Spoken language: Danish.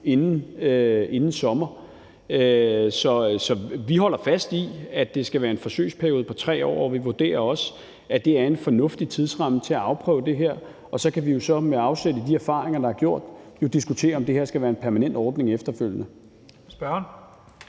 inden sommer. Så vi holder fast i, at det skal være en forsøgsperiode på 3 år, og vi vurderer også, at det er en fornuftig tidsramme til at afprøve det her. Og så kan vi jo så med afsæt i de erfaringer, der er gjort, diskutere, om det her skal være en permanent ordning efterfølgende.